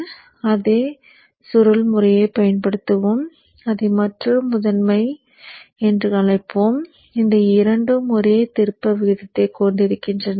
நாம் அதே சுருள் முறையைப் பயன்படுத்துவோம் அதை மற்றொரு முதன்மை என்று அழைப்போம் இந்த இரண்டும் ஒரே திருப்ப விகிதத்தைக் கொண்டிருக்கின்றன